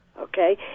Okay